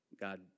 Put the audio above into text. God